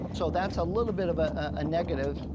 so that's a little bit of ah a negative.